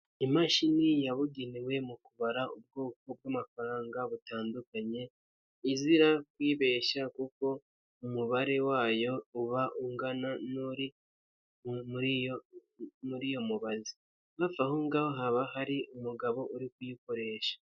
Imashini yabugenewe mu kubara ubwoko bw'amafaranga butandukanye, izira kwibeshya kuko umubare wayo uba ungana n'uri muri iyo mubazi, hafi aho ngaho haba hari umugabo uri kuyikoresha.